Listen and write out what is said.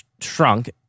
shrunk